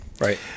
right